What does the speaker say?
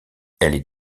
elle